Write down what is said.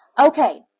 Okay